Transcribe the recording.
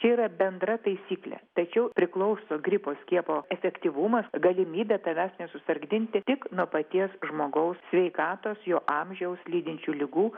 čia yra bendra taisyklė tačiau priklauso gripo skiepo efektyvumas galimybė tavęs nesusargdinti tik nuo paties žmogaus sveikatos jo amžiaus lydinčių ligų